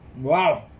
Wow